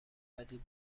ولی